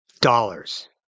dollars